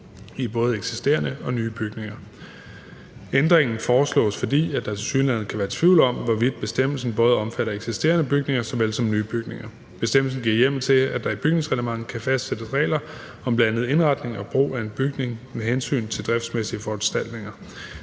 i både eksisterende og nye bygninger. Ændringen foreslås, fordi der tilsyneladende kan være tvivl om, hvorvidt bestemmelsen omfatter såvel eksisterende bygninger som nye bygninger. Bestemmelsen giver hjemmel til, at der i bygningsreglementet kan fastsættes regler om bl.a. indretning og brug af en bygning med hensyn til driftsmæssige foranstaltninger.